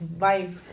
life